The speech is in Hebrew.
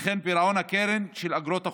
וכן פירעון הקרן של אגרות החוב,